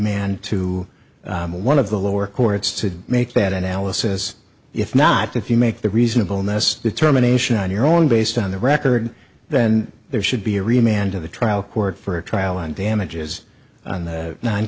man to one of the lower courts to make that analysis if not if you make the reasonableness determination on your own based on the record then there should be a real man to the trial court for a trial on damages on the nine